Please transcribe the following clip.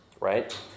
right